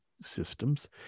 systems